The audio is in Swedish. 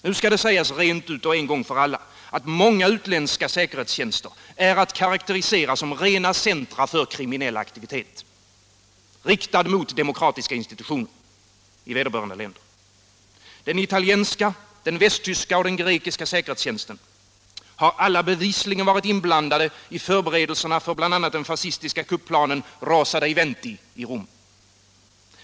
Nu skall det sägas rent ut och en gång för alla att många utländska säkerhetstjänster är att karakterisera som rena centra för kriminell aktivitet, riktad mot de demokratiska institutionerna i vederbörande länder. De italienska, västtyska och grekiska säkerhetstjänsterna har alla bevisligen varit inblandade i förberedelserna för bl.a. den fascistiska kupplanen Rosa dei Venti i Rom.